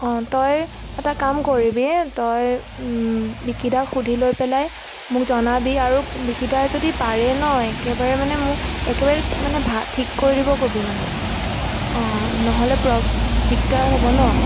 অঁ তই এটা কাম কৰিবি তই বিকিদাক সুধি লৈ পেলাই মোক জনাবি আৰু বিকিদা যদি পাৰে ন একেবাৰে মানে মোক একেবাৰে মানে ভা ঠিক কৰি দিব ক'বি মানে অঁ নহ'লে প্ৰব দিগদাৰ হ'ব ন